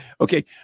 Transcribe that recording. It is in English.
Okay